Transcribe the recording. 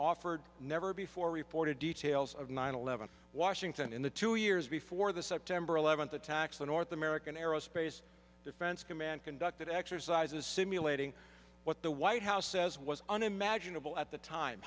offered never before reported details of nine eleven washington in the two years before the september eleventh attacks the north american aerospace defense command conducted exercises simulating what the white house says was unimaginable at the time